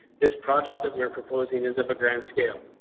this project that we're proposing is of a grand scale.